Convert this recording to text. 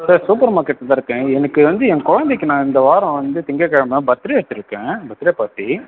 sir super மார்க்கெட்டில் இருக்கேன் எனக்கு வந்து என் குழந்தைக்கு நான் இந்த வாரம் வந்து திங்கக்கிலம பார்த்டே வச்சுருக்கேன் பார்த்டே பார்ட்டி